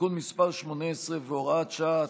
(תיקון מס' 18 והוראת שעה),